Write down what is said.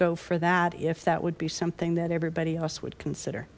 go for that if that would be something that everybody else would consider